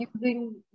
using